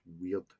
weird